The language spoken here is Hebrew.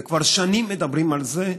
וכבר שנים מדברים על זה,